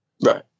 right